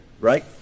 right